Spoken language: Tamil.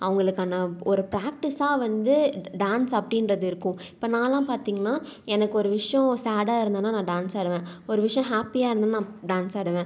அவங்களுக்கான ஒரு ப்ராக்டிஸாக வந்து ட டான்ஸ் அப்படின்றது இருக்கும் இப்போ நான்லாம் பார்த்தீங்கன்னா எனக்கு ஒரு விஷயம் சேடாக இருந்தேன்னா நான் டான்ஸ் ஆடுவேன் ஒரு விஷயம் ஹாப்பியாக இருந்ததுன்னா நான் டான்ஸ் ஆடுவேன்